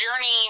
journey